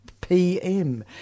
PM